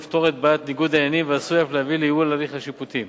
יפתור את בעיית ניגוד העניינים ועשוי אף להביא לייעול ההליך השיפוטי.